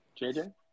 JJ